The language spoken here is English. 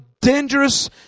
dangerous